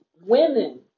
women